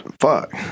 Fuck